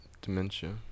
Dementia